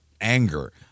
anger